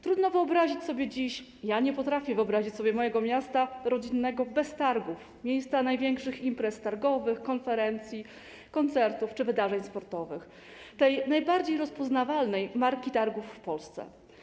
Trudno wyobrazić sobie dziś, ja nie potrafię wyobrazić sobie mojego miasta rodzinnego bez targów - miejsca największych imprez targowych, konferencji, koncertów czy wydarzeń sportowych, tej najbardziej rozpoznawalnej marki targów w Polsce.